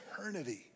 eternity